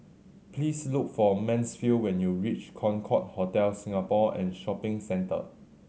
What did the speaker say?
please look for Mansfield when you reach Concorde Hotel Singapore and Shopping Centre